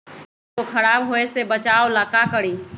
प्याज को खराब होय से बचाव ला का करी?